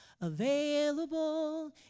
Available